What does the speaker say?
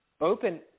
open